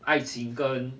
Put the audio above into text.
爱情跟